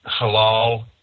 halal